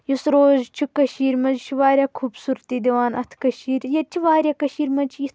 یُس روز چھِ کٔشیٖر منٛز یہِ چھُ واریاہ خوٗبصوٗرتی دِوان اَتھ کٔشیٖرِ ییٚتہِ چھِ واریاہ کٔشیٖرِ منٛز چھِ یِتھ